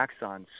axons